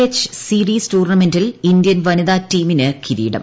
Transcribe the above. H series ടൂർണമെന്റിന്റെ Indian വനിതാ ട്രീമിന്റു കിരീടം